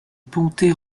ponte